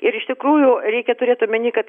ir iš tikrųjų reikia turėt omeny kad